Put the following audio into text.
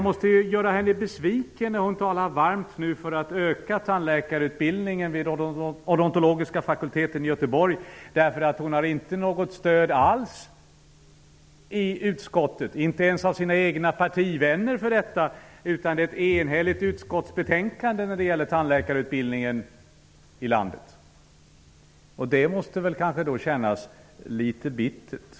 Doris Håvik talar nu varmt för en ökning av tandläkarutbildningen vid Odontologiska fakulteten i Göteborg. Jag måste då göra henne besviken. Hon har nämligen inte något stöd alls i utskottet, inte ens av sina egna partivänner, för detta, utan utskottets betänkande är enigt när det gäller tandläkarutbildningen i landet. Det måste väl kännas litet bittert.